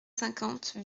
cinquante